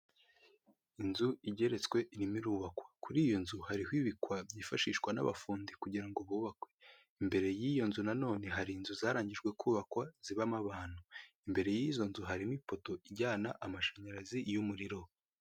Inzu igeretswe irimo irubakwa, kuri iyo nzu hariho ibikwa byifashishwa n'abafundi kugira hubakwe, imbere y'iyo nzu na none hari inzu zarangijwe kubakwa, zibamo abantu, imbere y'izo nzu harimo ifoto ijyana amashanyarazi y'umuriro.